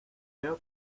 veo